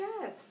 Yes